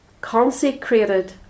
consecrated